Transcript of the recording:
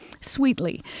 Sweetly